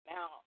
Now